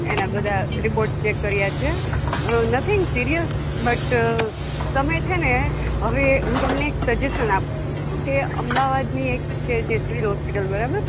એના બધા reports check કરિયા છે નથિંગ સિરિયસ બટ તમે છે ને હવે હું તમને એક સજેસન આપું છુ કે અમદાવાદની એક છે જે સિવિલ હોસ્પિટલ બરાબર